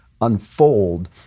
unfold